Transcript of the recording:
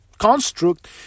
construct